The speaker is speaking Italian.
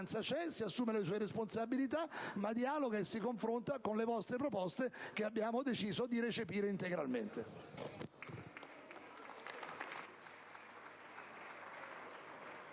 c'è, si assume le sue responsabilità, ma dialoga e si confronta con le vostre proposte, che abbiamo deciso di recepire integralmente.